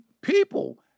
people